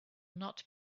not